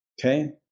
Okay